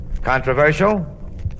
controversial